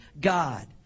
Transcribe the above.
God